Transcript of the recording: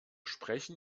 sprechen